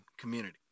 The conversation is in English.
community